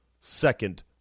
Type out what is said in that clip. second